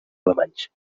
alemanys